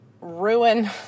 ruin